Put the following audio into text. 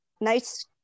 nice